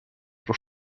про